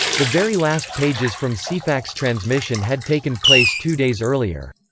the very last pages from ceefax transmission had taken place two days earlier.